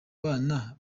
bana